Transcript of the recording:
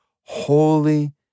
holy